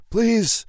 Please